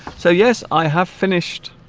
so yes i have finished